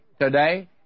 today